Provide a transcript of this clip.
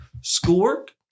schoolwork